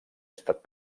estat